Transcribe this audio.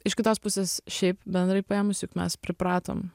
iš kitos pusės šiaip bendrai paėmus juk mes pripratom